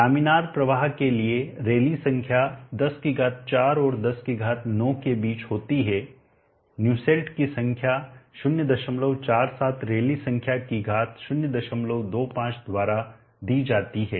laminar प्रवाह के लिए रैली संख्या 104 और 109 के बीच होती है न्यूसेल्ट की संख्या 047 रैली संख्या की घात 025 द्वारा दी जाती है